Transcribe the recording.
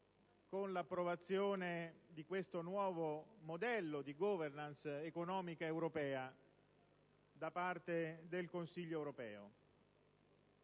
con l'approvazione di questo nuovo modello di *governance* economica europea da parte del Consiglio europeo